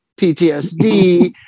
PTSD